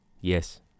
Yes